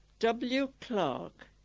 w clarke.